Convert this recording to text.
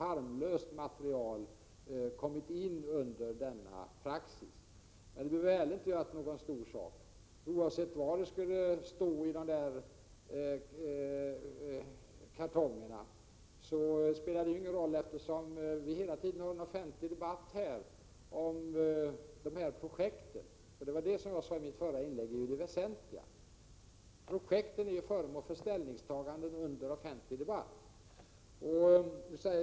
Det spelar ingen roll vad som står i handlingarna i kartongerna, eftersom debatten om projekten hela tiden är offentlig. Som jag sade i mitt förra inlägg är det väsentliga att projekten är föremål för ställningstaganden under offentlig debatt.